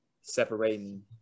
separating